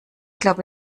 glaube